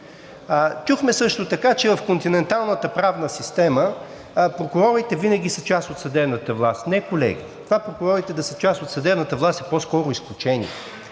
чухме, че в континенталната правна система прокурорите винаги са част от съдебната власт. Не, колеги, прокурорите да са част от съдебната власт е по-скоро изключение.